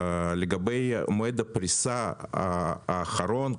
לגבי מועד הפריסה האחרון,